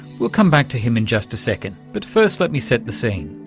we'll come back to him in just a second, but first let me set the scene.